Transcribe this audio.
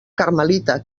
carmelita